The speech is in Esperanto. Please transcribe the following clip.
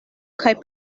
kaj